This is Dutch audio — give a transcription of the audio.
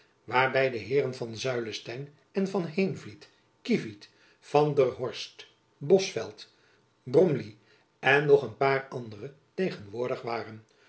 waarby de heeren van zuylesteyn en van heenvliet kievit van der horst bosveldt bromley en nog een paar anderen tegenwoordig waren